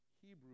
Hebrew